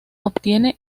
obtiene